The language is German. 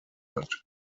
hat